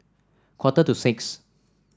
quarter to six